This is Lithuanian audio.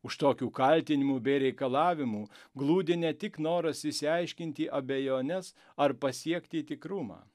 už tokių kaltinimų bei reikalavimų glūdi ne tik noras išsiaiškinti abejones ar pasiekti tikrumą